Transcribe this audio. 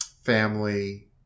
family